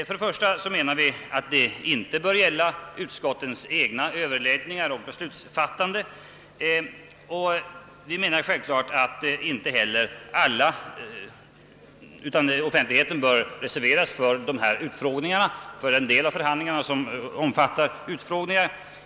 Förslaget bör inte gälla utskottens egna överläggningar och beslut, utan offentligheten bör självfallet reserveras för den del av förhandlingarna som omfattar utfrågningar.